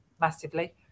massively